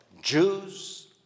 Jews